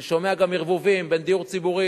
אני שומע גם ערבובים בין דיור ציבורי